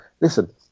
listen